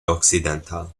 occidental